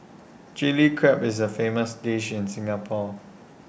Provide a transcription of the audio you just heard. Chilli Crab is A famous dish in Singapore